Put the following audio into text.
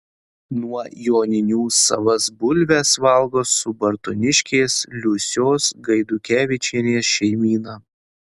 nuo joninių savas bulves valgo subartoniškės liusios gaidukevičienės šeimyna